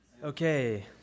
Okay